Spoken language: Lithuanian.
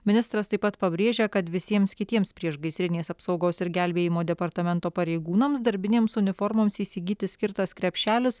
ministras taip pat pabrėžia kad visiems kitiems priešgaisrinės apsaugos ir gelbėjimo departamento pareigūnams darbinėms uniformoms įsigyti skirtas krepšelis